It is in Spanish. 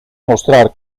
mostrar